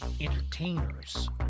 entertainers